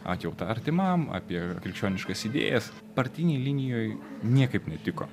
atjautą artimam apie krikščioniškas idėjas partinėj linijoj niekaip netiko